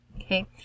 Okay